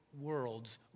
world's